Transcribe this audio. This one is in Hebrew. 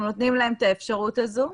אנחנו נותנים להם את האפשרות הזו.